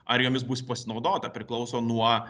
ar jomis bus pasinaudota priklauso nuo